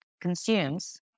consumes